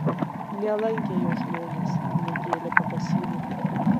nelankė jo žmonės nekėlė pakasynų